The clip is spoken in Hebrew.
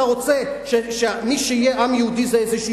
אתה רוצה שמי שיהיה עם יהודי זה איזושהי